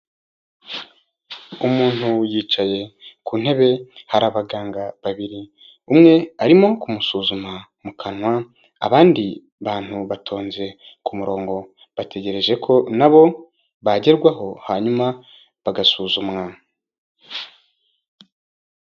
Umuntu yicaye ku ntebe hari abaganga babiri, umwe arimo kumusuzuma mu kanwa, abandi bantu batonze ku murongo bategereje ko n'abo bagerwaho hanyuma bagasuzumwa.